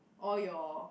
all your